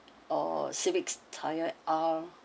or civics type R